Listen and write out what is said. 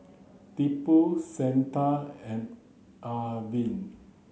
Tipu Santha and Arvind